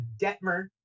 Detmer